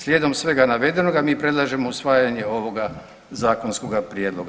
Slijedom svega navedenoga mi predlažemo usvajanje ovoga zakonskoga prijedloga.